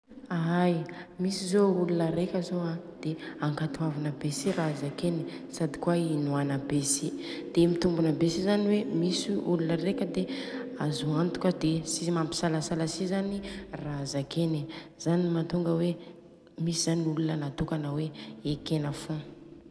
Ai misy zô olona reka zô an de ankatoavina be si ra zakeny sady kôa inoana be si, de mitombona si Zany hoe misy olona reka de azo antoka de tsy mampisalasala si zany ra zakeny, zany mantonga hoe misy zany olona natôkana ekena fogna.